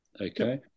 Okay